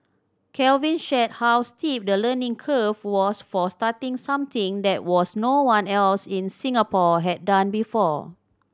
Calvin shared how steep the learning curve was for starting something that was no one else in Singapore had done before